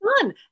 fun